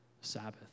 Sabbath